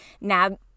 now